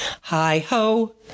Hi-ho